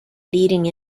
leading